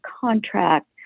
contract